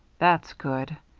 that's good.